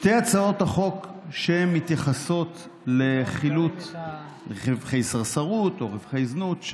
שתי הצעות החוק שמתייחסות לחילוט רווחי סרסרות או רווחי זנות,